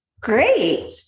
Great